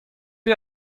bet